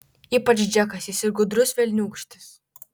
ypač džekas jis ir gudrus velniūkštis